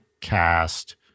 cast